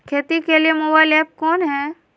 खेती के लिए मोबाइल ऐप कौन है?